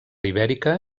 ibèrica